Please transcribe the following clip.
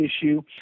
issue